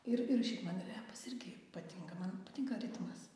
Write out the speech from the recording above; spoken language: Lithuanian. ir ir šiaip man repas irgi patinka man patinka ritmas